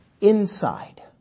inside